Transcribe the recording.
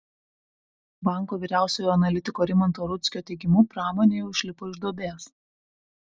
banko vyriausiojo analitiko rimanto rudzkio teigimu pramonė jau išlipo iš duobės